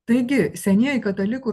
taigi senieji katalikų ir